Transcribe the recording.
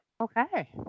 Okay